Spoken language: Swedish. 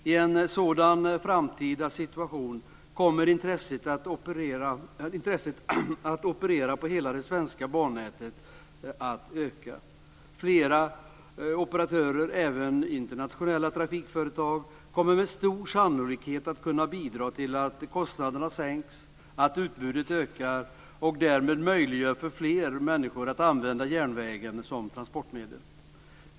I en sådan framtida situation kommer intresset för att operera på hela det svenska bannätet att öka. Flera operatörer, även internationella trafikföretag, kommer med stor sannolikhet att kunna bidra till att kostnaderna sänks och att utbudet ökar, och därmed möjliggörs för fler att använda järnvägen som transportmedel.